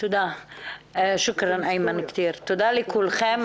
שוקרן כתיר, תודה לכולכם.